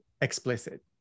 explicit